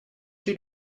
two